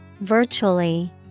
Virtually